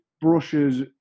brushes